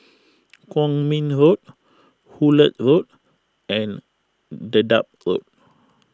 Kwong Min Road Hullet Road and Dedap Road